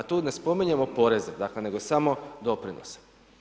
A tu ne spominjemo poreze, dakle, nego samo doprinose.